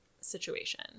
situation